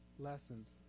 Lessons